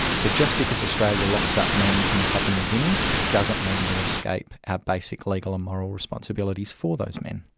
so just because australia locks up men in papua new guinea doesn't mean we escape our basic legal and moral responsibilities for those men.